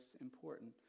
important